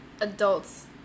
adults